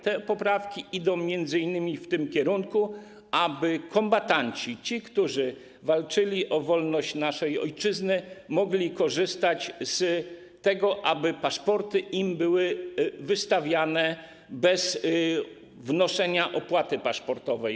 Te poprawki idą m.in. w tym kierunku, aby kombatanci, ci, którzy walczyli o wolność naszej ojczyzny, mogli korzystać z tego, aby paszporty były im wystawiane bez wnoszenia opłaty paszportowej.